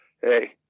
Hey